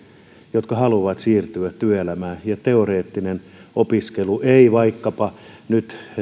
jotka haluavat siirtyä työelämään ja joille teoreettinen opiskelu ei vaikkapa nyt